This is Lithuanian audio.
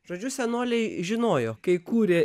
žodžiu senoliai žinojo kai kūrė